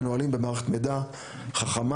מנוהלים במערכת מידע חכמה,